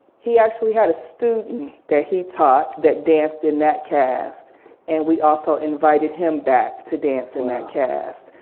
he actually had a student that he taught that danced in that cast and we also invited him back to dance in that cast.